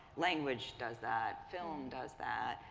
language does that. film does that.